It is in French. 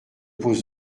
pose